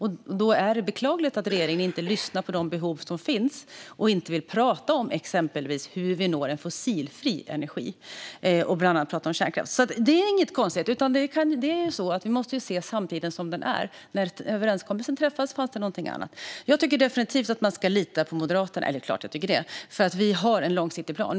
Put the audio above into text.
Då är det beklagligt att regeringen inte lyssnar på de behov som finns och inte vill prata om exempelvis hur vi når fossilfri energi och då bland annat prata om kärnkraft. Det är inget konstigt. Vi måste ju se samtiden som den är. När överenskommelsen träffades fanns det något annat. Jag tycker definitivt att man ska lita på Moderaterna. Det är klart att jag tycker det, för vi har en långsiktig plan.